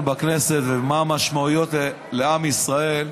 בכנסת ומה המשמעויות של החוקים האלה לעם ישראל.